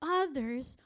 others